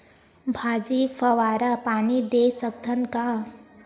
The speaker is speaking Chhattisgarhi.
भाजी फवारा पानी दे सकथन का?